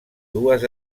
dues